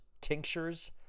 tinctures